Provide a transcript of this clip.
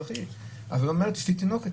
אבל היא אומרת: יש לי תינוקת,